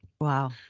Wow